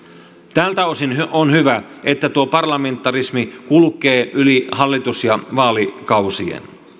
tältä osin on hyvä että tuo parlamentarismi kulkee yli hallitus ja vaalikausien